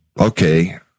okay